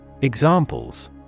Examples